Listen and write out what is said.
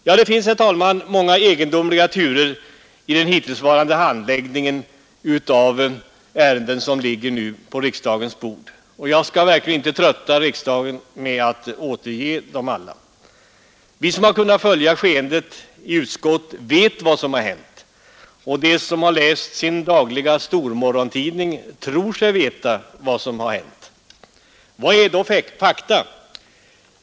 Det har, herr talman, förekommit många egendomliga turer i den hittillsvarande handläggningen av de ärenden som nu ligger på riksdagens bord, och jag skall inte trötta kammaren med att återge dem alla. Vi som kunnat följa skeendet i riksdag och utskott vet vad som hänt. De som har läst sin dagliga stormorgontidning tror sig veta vad som hänt. Vad är då fakta?